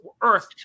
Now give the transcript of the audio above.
earth